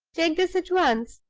take this at once,